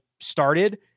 started